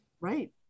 Right